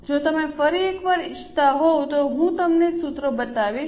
જો તમે ફરી એકવાર ઇચ્છતા હોવ તો હું તમને સૂત્રો બતાવીશ